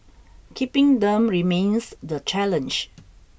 keeping them remains the challenge